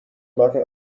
marken